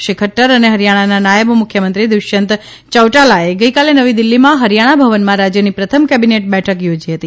શ્રી ખદર અને હરિયાણાના નાયબ મુખ્યમંત્રી દુષ્યંત યૌટાલાએ ગઇ કાલે નવી દિલ્હીમાં હરિયાણા ભવનમાં રાજ્યની પ્રથમ કેબિનેટ બેઠક યોજી હતી